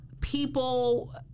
people